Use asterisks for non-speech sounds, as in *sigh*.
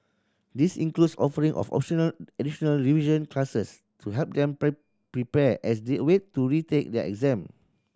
this includes offering of optional additional revision classes to help them *unintelligible* prepare as they wait to retake their exam